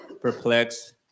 perplexed